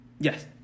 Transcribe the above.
Yes